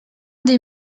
des